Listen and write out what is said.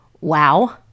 wow